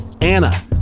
Anna